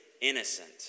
innocent